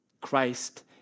Christ